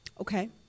Okay